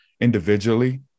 individually